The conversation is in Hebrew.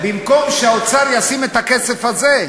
לפחות האופוזיציה,